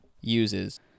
uses